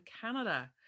canada